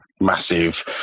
massive